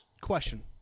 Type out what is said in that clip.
Question